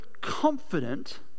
confident